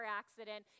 accident